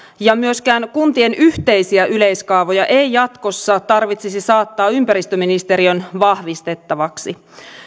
ja myöskään kuntien yhteisiä yleiskaavoja ei jatkossa tarvitsisi saattaa ympäristöministeriön vahvistettavaksi